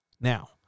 Now